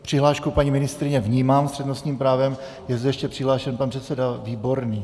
Přihlášku paní ministryně vnímám, s přednostním právem je zde ještě přihlášen pan předseda Výborný.